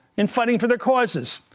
and funding for their causes,